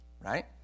Right